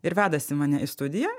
ir vedasi mane į studiją